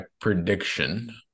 prediction